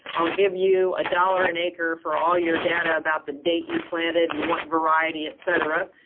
i'll give you a dollar an acre for all your data about the date you planted and what variety et cetera,